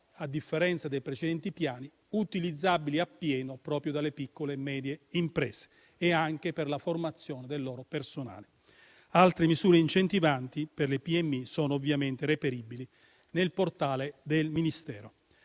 a differenza dei precedenti piani, utilizzabili appieno proprio dalle piccole e medie imprese, anche per la formazione del loro personale. Altre misure incentivanti per le piccole e medie imprese sono ovviamente reperibili nel portale del Ministero.